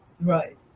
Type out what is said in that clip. right